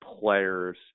players